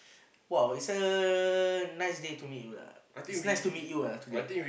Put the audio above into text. !wow! is a nice day to meet you lah it's nice to meet you ah today